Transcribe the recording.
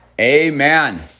Amen